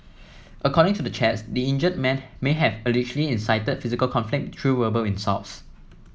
according to the chats the injured man may have allegedly incited physical conflict through verbal insults